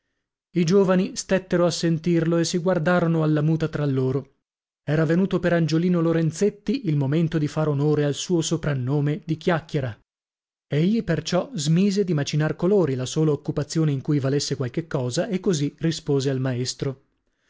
i giovani stettero a sentirlo e si guardarono alla muta tra loro era venuto per angiolino lorenzetti il momento di far onore al suo soprannome di chiacchiera egli perciò smise di macinar colori la sola occupazione in cui valesse qualche cosa e così rispose al maestro